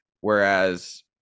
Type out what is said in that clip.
Whereas